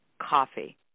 coffee